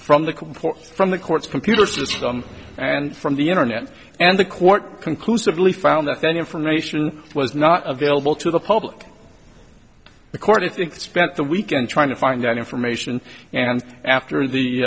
comport from the court's computer system and from the internet and the court conclusively found that then information was not available to the public the court i think spent the weekend trying to find that information and after the